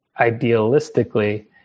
idealistically